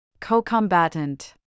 co-combatant